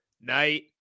night